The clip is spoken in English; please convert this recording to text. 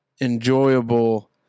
enjoyable